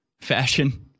fashion